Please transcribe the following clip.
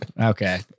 Okay